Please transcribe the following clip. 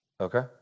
Okay